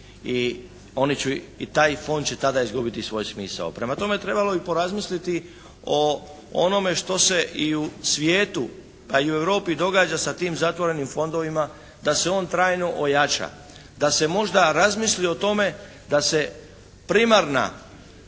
i taj fond će tada izgubiti svoj smisao. Prema tome, trebalo bi porazmisliti o onome što se i u svijetu, a i u Europi događa sa tim zatvorenim fondovima da se on trajno ojača, da se možda razmisli o tome da se primarna